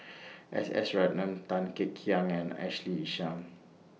S S Ratnam Tan Kek Hiang and Ashley Isham